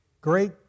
great